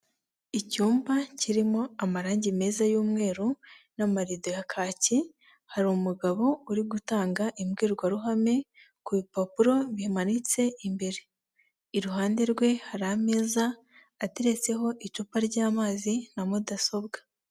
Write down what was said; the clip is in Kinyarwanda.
Icyumba kirimo amarangi meza y'umweru n'amarido ya kaki, hari umugabo uri gutanga imbwirwaruhame ku bipapuro bimanitse imbere. Iruhande rwe hari ameza ateretseho icupa ry'amazi na mudasobwa.